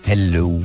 Hello